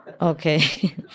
Okay